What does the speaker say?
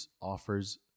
offers